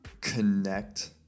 connect